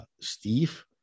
Steve